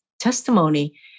testimony